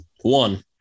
one